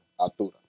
Altura